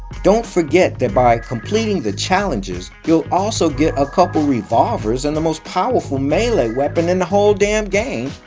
don't forget that by completing the challenges you'll also get a couple revolvers and the most powerful melee weapon in the whole damn game,